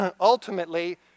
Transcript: ultimately